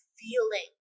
feeling